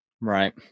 Right